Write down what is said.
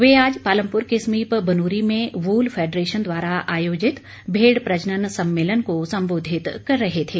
वे आज पालमपुर के समीप बनूरी में वूल फेडरेशन द्वारा आयोजित भेड़ प्रजनन सम्मेलन को संबोधित कर रहे थे